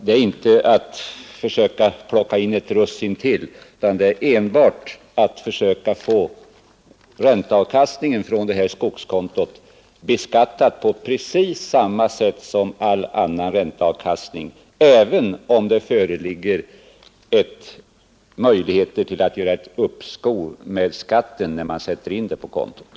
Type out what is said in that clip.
Det är inte fråga om att försöka plocka in ett russin till, utan vi vill enbart försöka få ränteavkastningen på skogskonton beskattad på precis samma sätt som all annan ränteavkastning, även om det föreligger möjligheter att begära uppskov med skatten när man sätter in pengarna på kontot.